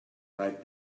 right